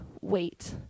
wait